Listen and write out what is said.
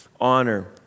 honor